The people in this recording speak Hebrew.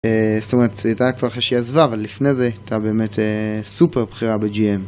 זאת אומרת, הייתה כבר אחרי שהיא עזבה, אבל לפני זה הייתה באמת סופר בחירה בג'י.אם.